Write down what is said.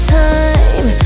time